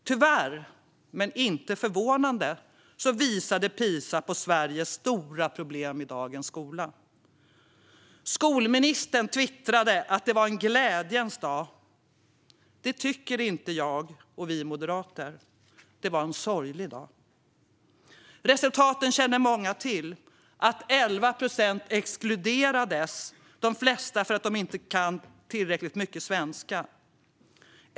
Tyvärr, men inte förvånande, visade PISA på Sveriges stora problem i dagens skola. Skolministern twittrade att det var en glädjens dag. Det tycker inte jag och vi moderater. Det var en sorglig dag. Resultaten känner många till. 11 procent exkluderades, de flesta för att de inte kan tillräckligt mycket svenska.